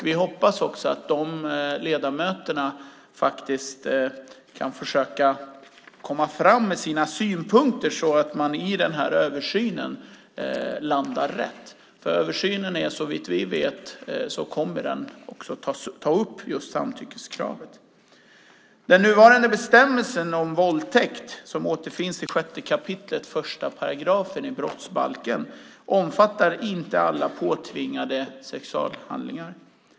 Vi hoppas att dessa ledamöter kan försöka komma fram med sina synpunkter så att man i översynen landar rätt. Översynen kommer så vitt vi vet också att ta upp samtyckeskrav. Den nuvarande bestämmelsen om våldtäkt som återfinns i 6 kap. 1 § i brottsbalken omfattar inte alla påtvingade sexualhandlingar.